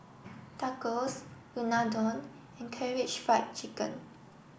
Tacos Unadon and Karaage Fried Chicken